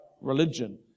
religion